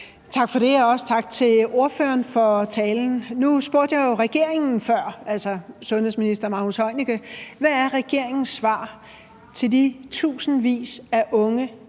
Tak for det. Og også tak til ordføreren for talen. Nu spurgte jeg jo regeringen før – altså sundhedsministeren: Hvad er regeringens svar til de tusindvis af unge